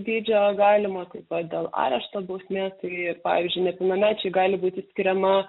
dydžio galima taip pat dėl arešto bausmės tai pavyzdžiui nepilnamečiui gali būti skiriama